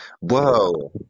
Whoa